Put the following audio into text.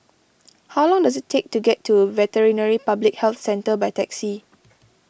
how long does it take to get to Veterinary Public Health Centre by taxi